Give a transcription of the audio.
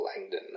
Langdon